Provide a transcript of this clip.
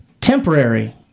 temporary